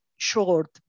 Short